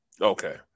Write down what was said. Okay